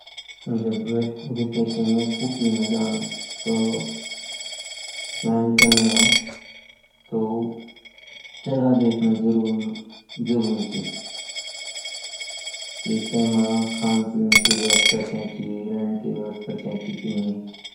जब वकाशन मे छुट्टी मई जान तो काम करना तो जगहा देखणा जरूरीचि की तेमा खान पीन की व्यवस्था छेंछी रहें की व्यवस्था चाय ची की नहीं